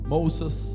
Moses